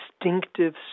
distinctive